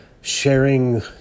sharing